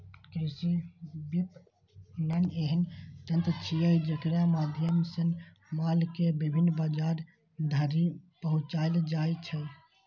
कृषि विपणन एहन तंत्र छियै, जेकरा माध्यम सं माल कें विभिन्न बाजार धरि पहुंचाएल जाइ छै